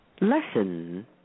Lesson